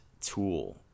tool